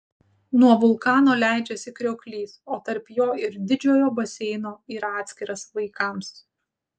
nuo vulkano leidžiasi krioklys o tarp jo ir didžiojo baseino yra atskiras vaikams